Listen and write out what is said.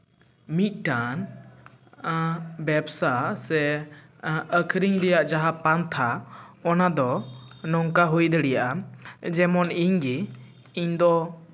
ᱢᱤᱫᱴᱟᱱ ᱵᱮᱵᱽᱥᱟ ᱥᱮ ᱟᱹᱠᱷᱨᱤᱧ ᱨᱮᱭᱟᱜ ᱡᱟᱦᱟᱸ ᱯᱟᱱᱛᱷᱟ ᱚᱱᱟ ᱫᱚ ᱱᱚᱝᱠᱟ ᱦᱩᱭ ᱫᱟᱲᱮᱭᱟᱜᱼᱟ ᱡᱮᱢᱚᱱ ᱤᱧ ᱜᱮ ᱤᱧ ᱫᱚ